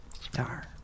Star